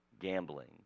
gambling